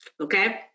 okay